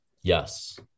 yes